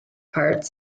parts